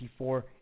24